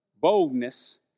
Boldness